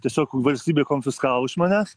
tiesiog valstybė konfiskavo iš manęs